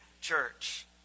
church